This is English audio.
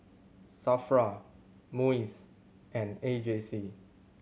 SAFRA MUIS and A J C